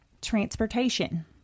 transportation